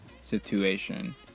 situation